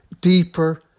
deeper